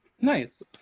nice